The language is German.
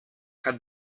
hat